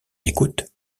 écoute